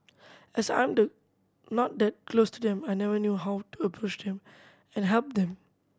as I'm the not that close to them I never knew how to approach them and help them